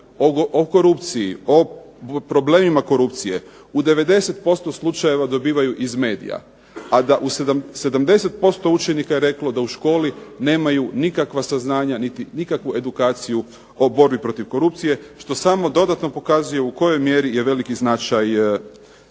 o korupciji, o problemima korupcije u 90% slučajeva dobivaju iz medija, a 70% učenika je reklo da u školi nemaju nikakva saznanja niti nikakvu edukaciju o borbi protiv korupcije. Što samo dodatno pokazuje u kojoj mjeri je veliki značaj medija